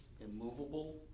immovable